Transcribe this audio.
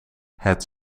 het